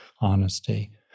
honesty